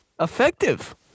effective